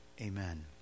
Amen